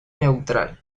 neutral